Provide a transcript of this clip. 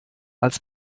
als